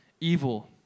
evil